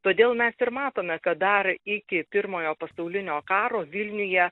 todėl mes ir matome kad dar iki pirmojo pasaulinio karo vilniuje